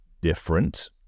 different